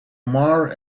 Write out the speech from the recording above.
omar